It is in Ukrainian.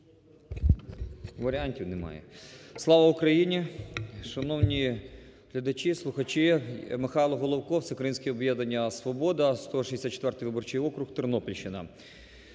(Варіантів немає.) Слава Україні! Шановні глядачі, слухачі! Михайло Головко, Всеукраїнське об'єднання "Свобода", 164 виборчий округ, Тернопільщина.